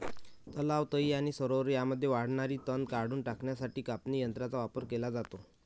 तलाव, तळी आणि सरोवरे यांमध्ये वाढणारे तण काढून टाकण्यासाठी कापणी यंत्रांचा वापर केला जातो